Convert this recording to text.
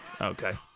Okay